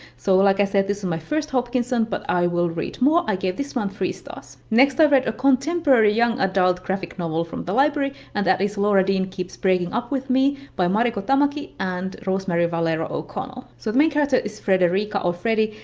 so like i said, this is my first hopkinson, but i will read more. i gave this one three stars. next i read a contemporary young adult graphic novel from the library and that is laura dean keeps breaking up with me by mariko tamaki and rosemary valero o'connell. so the main character is frederica or freddy,